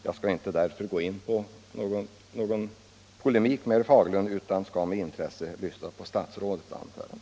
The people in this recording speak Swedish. Jag skall därför inte nu gå in på någon polemik med herr Fagerlund utan skall med intresse lyssna på fru statsrådets anförande.